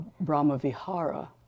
Brahma-Vihara